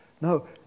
No